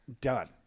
Done